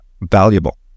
valuable